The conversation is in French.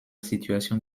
situation